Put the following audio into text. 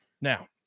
Now